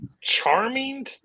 charming